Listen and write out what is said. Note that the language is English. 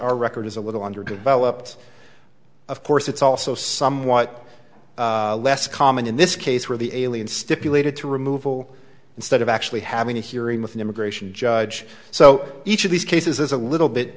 our record is a little underdeveloped of course it's also somewhat less common in this case where the alien stipulated to removal instead of actually having a hearing with an immigration judge so each of these cases is a little bit